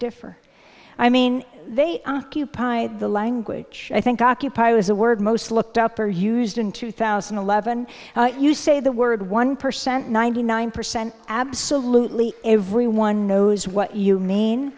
differ i mean they occupy the language i think occupy was a word most looked up or used in two thousand and eleven you say the word one percent ninety nine percent absolutely everyone knows what you mean